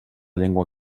llengua